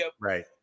Right